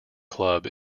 club